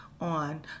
on